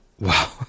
Wow